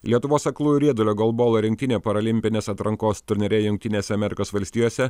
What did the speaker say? lietuvos aklųjų riedulio golbolo rinktinė parolimpinės atrankos turnyre jungtinėse amerikos valstijose